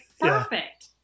perfect